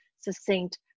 succinct